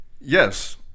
Yes